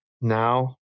now